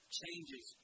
changes